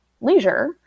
leisure